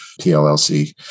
PLLC